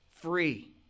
free